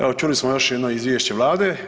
Evo čuli smo još jedno izvješće Vlade.